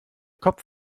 kopf